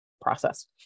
process